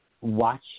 watch